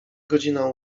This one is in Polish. godzina